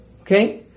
Okay